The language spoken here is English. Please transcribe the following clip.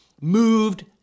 moved